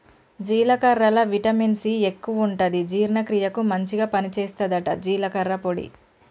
జీలకర్రల vitamin C ఎక్కువుంటది జీర్ణ క్రియకు మంచిగ పని చేస్తదట జీలకర్ర పొడి